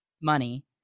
money